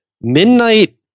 midnight